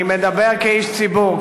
אני מדבר כאיש ציבור.